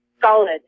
solid